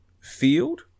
field